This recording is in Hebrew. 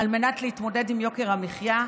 על מנת להתמודד עם יוקר המחיה.